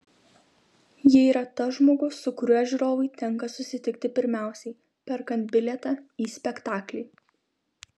ji yra tas žmogus su kuriuo žiūrovui tenka susitikti pirmiausiai perkant bilietą į spektaklį